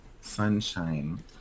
Sunshine